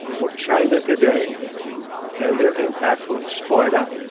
or china today and their impact on sparta,